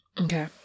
okay